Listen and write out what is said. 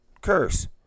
curse